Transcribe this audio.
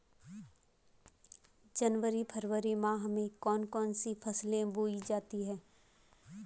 जनवरी फरवरी माह में कौन कौन सी फसलें बोई जाती हैं?